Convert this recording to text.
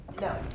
No